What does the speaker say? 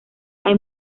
hay